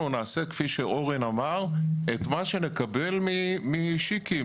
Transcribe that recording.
נעשה כפי שאורן אמר את מה שנקבל משיקי,